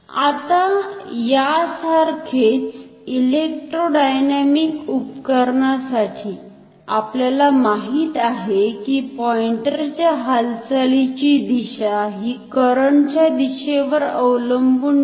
आता यासारखेच इलेक्ट्रोडायनॅमिक उपकरणासाठी आपल्याला माहीत आहे की पॉईंटर च्या हालचालीची दिशा ही करंट च्या दिशेवर अवलंबुन नाही